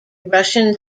russian